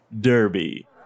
Derby